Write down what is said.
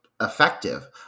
effective